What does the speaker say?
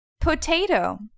Potato